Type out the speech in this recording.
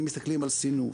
אם מסתכלים על סינוף,